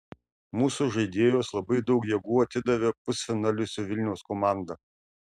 mūsų žaidėjos labai daug jėgų atidavė pusfinaliui su vilniaus komanda